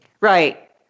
right